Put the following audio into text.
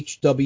HW